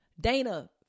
Dana